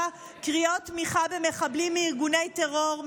קריאות תמיכה במחבלים מארגוני טרור,